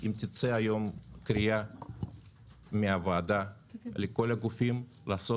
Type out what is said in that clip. אם תצא היום קריאה מהוועדה לכל הגופים לעשות